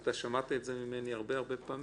אתה שמעת את זה ממני הרבה הרבה פעמים.